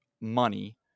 money